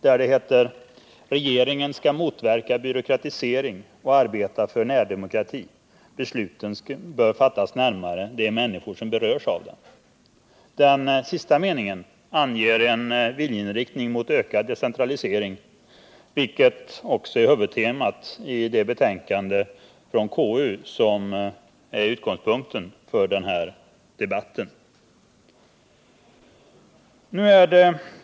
Där heter det: ”Regeringen skall motverka byråkratisering och arbeta för närdemokrati. Besluten bör fattas närmare de människor som berörs av dem.” krångel och onödig byråkrati Den sista meningen anger en viljeinriktning för ökad decentralisering, vilket också är huvudtemat i det betänkande från konstitutionsutskottet som är utgångspunkten för denna debatt.